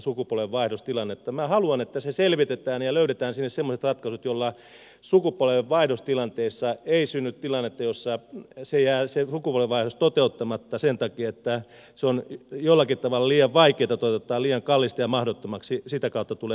minä haluan että se selvitetään ja löydetään sinne semmoiset ratkaisut joilla sukupolvenvaihdostilanteessa ei synny tilannetta jossa se sukupolvenvaihdos jää toteuttamatta sen takia että se on jollakin tavalla liian vaikeata toteuttaa liian kallista ja mahdottomaksi sitä kautta tulee